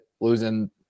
losing